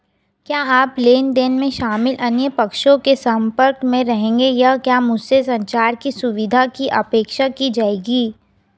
क्या आप लेन देन में शामिल अन्य पक्षों के संपर्क में रहेंगे या क्या मुझसे संचार की सुविधा की अपेक्षा की जाएगी?